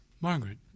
Margaret